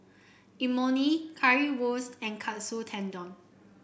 Imoni Currywurst and Katsu Tendon